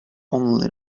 only